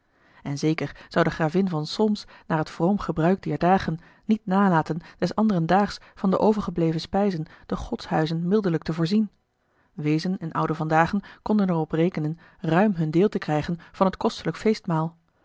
en zeker zou de gravin van solms naar het vroom gebruik dier dagen niet nalaten des anderen daags van de overgebleven spijzen de godshuizen mildelijk te voorzien weezen en ouden van dagen konden er op rekenen ruim hun deel te krijgen van het kostelijk feestmaal